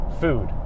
food